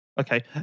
Okay